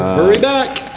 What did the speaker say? hurry back.